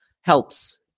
helps